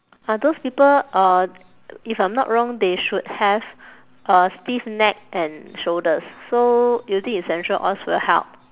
are those people uh if I'm not wrong they should have uh stiff neck and shoulders so using essential oils will help